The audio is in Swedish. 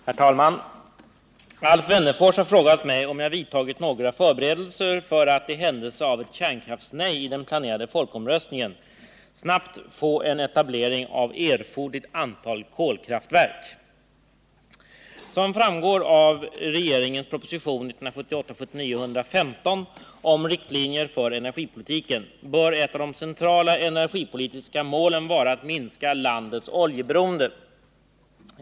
Herr talman! Alf Wennerfors har frågat mig om jag vidtagit några förberedelser för att — i händelse av ett kärnkraftsnej i den planerade folkomröstningen — snabbt få en etablering av erforderligt antal kolkraftverk. Som framgår av regeringens proposition 1978/79:115 om riktlinjer för energipolitiken bör ett av de centrala energipolitiska målen vara att minska landets oljeberoende.